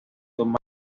tomar